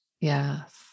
Yes